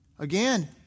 Again